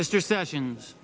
mr sessions